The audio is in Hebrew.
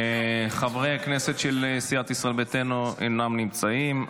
חברי הכנסת של סיעת ישראל ביתנו אינם נמצאים.